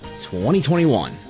2021